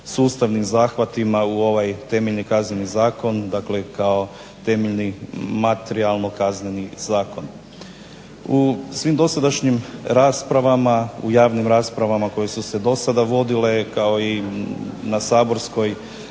sustavnim zahvatima u ovaj temeljni kazneni zakon kao temeljni materijalni kazneni zakon. U svim dosadašnjim javnim raspravama koje su se do sada vodile kao i u raspravi